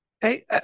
Hey